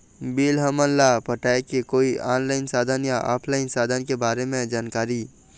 Bill हमन ला पटाए के कोई ऑनलाइन साधन या ऑफलाइन साधन के बारे मे जानकारी?